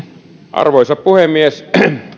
arvoisa puhemies